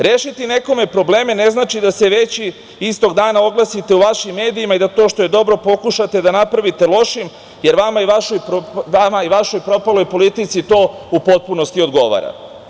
Rešiti nekome probleme ne znači da se već istog dana oglasite u vašim medijima i da to što je dobro pokušate da napravite lošim, jer vama i vašoj propaloj politici to u potpunosti odgovara.